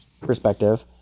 perspective